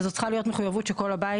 זאת צריכה להיות מחויבות של כל הבית,